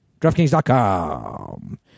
DraftKings.com